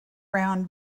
round